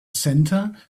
center